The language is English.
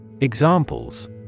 Examples